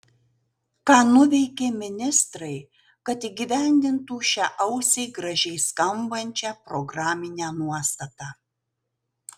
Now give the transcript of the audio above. ką nuveikė ministrai kad įgyvendintų šią ausiai gražiai skambančią programinę nuostatą